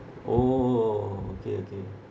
orh okay okay